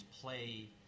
play